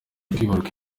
kwibaruka